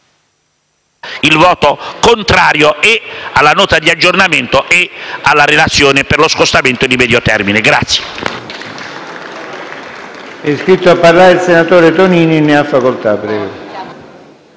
il voto contrario sulla Nota di aggiornamento e sulla relazione per lo scostamento di medio termine.